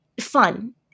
fun